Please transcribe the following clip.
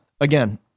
Again